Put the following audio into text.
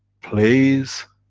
plays